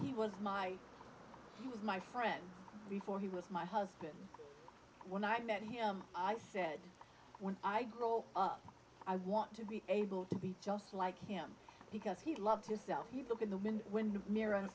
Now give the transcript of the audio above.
he was my he was my friend before he was my husband when i met him i said when i grow up i want to be able to be just like him because he loves hisself he look in the window when the mirror and